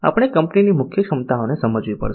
આપણે કંપનીની મુખ્ય ક્ષમતાઓને સમજવી પડશે